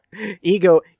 Ego